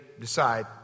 decide